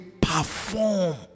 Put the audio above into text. perform